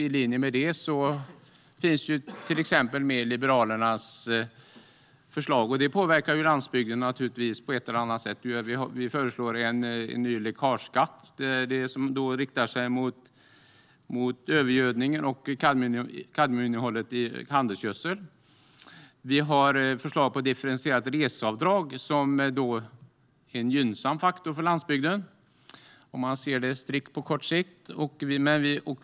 I linje med det har Liberalerna ett förslag om en ny läckageskatt, riktad mot övergödning och mot kadmiuminnehållet i handelsgödsel, som naturligtvis påverkar landsbygden på ett eller annat sätt. Vi har också ett förslag om ett differentierat reseavdrag som är en gynnsam faktor för landsbygden om man ser det strikt på kort sikt.